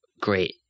great